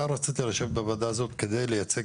אתה רצית לשבת בוועדה הזו על מנת לייצג